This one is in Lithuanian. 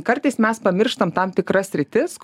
kartais mes pamirštam tam tikras sritis